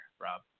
Rob